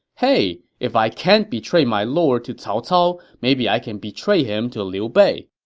hey, if i can't betray my lord to cao cao, maybe i can betray him to liu bei.